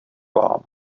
vám